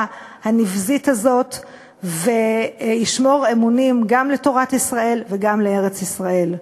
הנבזית הזאת וישמור אמונים גם לתורת ישראל וגם לארץ-ישראל.